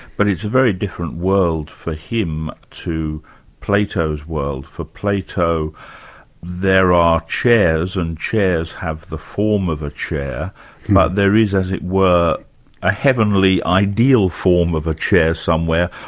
but it's a very different world for him to plato's world. for plato there are chairs, and chairs have the form of a chair, but there is, as it were a heavenly ideal form of a chair somewhere,